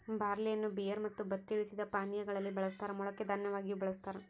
ಬಾರ್ಲಿಯನ್ನು ಬಿಯರ್ ಮತ್ತು ಬತ್ತಿ ಇಳಿಸಿದ ಪಾನೀಯಾ ಗಳಲ್ಲಿ ಬಳಸ್ತಾರ ಮೊಳಕೆ ದನ್ಯವಾಗಿಯೂ ಬಳಸ್ತಾರ